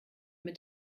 mit